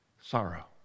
sorrow